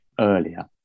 earlier